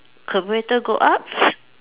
converter go up